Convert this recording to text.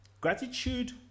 Gratitude